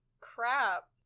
crap